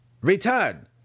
Return